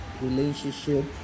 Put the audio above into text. relationship